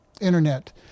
internet